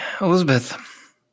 Elizabeth